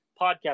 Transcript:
podcast